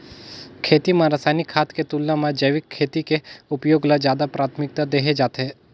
खेती म रसायनिक खाद के तुलना म जैविक खेती के उपयोग ल ज्यादा प्राथमिकता देहे जाथे